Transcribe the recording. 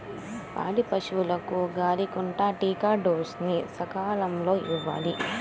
పాడి పశువులకు గాలికొంటా టీకా డోస్ ని సకాలంలో ఇవ్వాలి